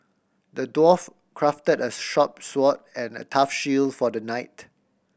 the dwarf crafted a sharp sword and a tough shield for the knight